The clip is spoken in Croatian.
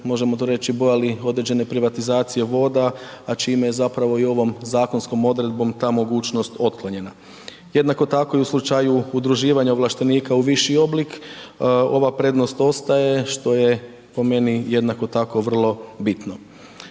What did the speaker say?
možemo to reći, bojali određene privatizacije voda, a čime je zapravo i ovom zakonskom odredbom ta mogućnost otklonjena. Jednako tako, i u slučaju udruživanja ovlaštenika u viši oblik, ova prednost ostaje, što je po meni, jednako tako vrlo bitno.